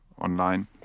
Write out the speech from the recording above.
online